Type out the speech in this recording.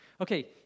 Okay